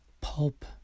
pulp